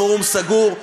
פורום סגור.